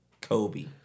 Kobe